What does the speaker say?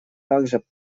также